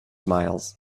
miles